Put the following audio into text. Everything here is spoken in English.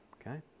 Okay